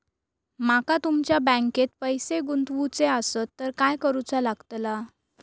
माका तुमच्या बँकेत पैसे गुंतवूचे आसत तर काय कारुचा लगतला?